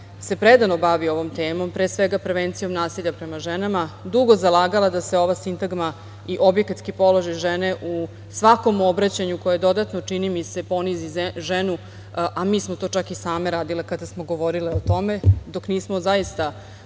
se predano bavi ovom temom, pre svega prevencijom nasilja prema ženama dugo zalagala da se ova sintagma i objekatski položaj žene u svakom obraćanju koje je dodatno čini mi se ponizi ženu, a mi smo to čak i same radile kada smo govorile o tome, dok nismo zaista